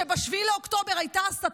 איננו, חברת הכנסת